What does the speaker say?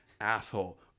asshole